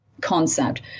Concept